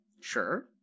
Sure